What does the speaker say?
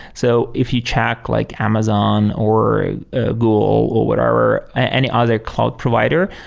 so if you check like amazon or ah google or whatever, any other cloud provider,